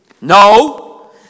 No